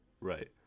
Right